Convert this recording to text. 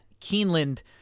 Keeneland